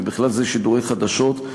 ובכלל זה שידורי חדשות,